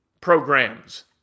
programs